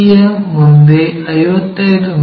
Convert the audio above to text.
P ಯ ಮುಂದೆ 55 ಮಿ